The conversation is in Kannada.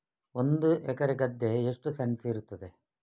ಒಂದು ಎಕರೆ ಗದ್ದೆ ಎಷ್ಟು ಸೆಂಟ್ಸ್ ಇರುತ್ತದೆ?